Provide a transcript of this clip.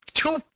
two